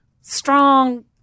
strong